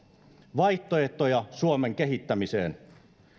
vaihtoehtoja suomen kehittämiseen